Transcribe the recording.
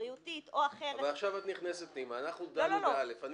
סיבה בריאותית או אחרת --- אנחנו דנו ב-א'.